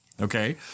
okay